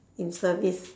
in service